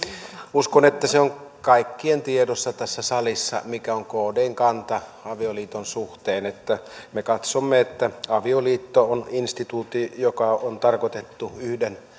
uskon että se on kaikkien tiedossa tässä salissa mikä on kdn kanta avioliiton suhteen me katsomme että avioliitto on instituutio joka on tarkoitettu yhden